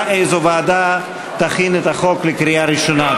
איזו ועדה תכין את החוק לקריאה ראשונה.